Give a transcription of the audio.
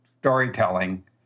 storytelling